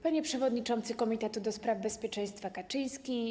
Panie Przewodniczący Komitetu ds. Bezpieczeństwa Kaczyński!